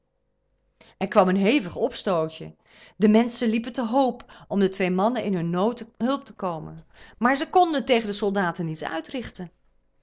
er kwam een hevig opstootje de menschen liepen te hoop om de twee mannen in hun nood te hulp te komen maar zij konden tegen de soldaten niets uitrichten